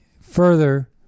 further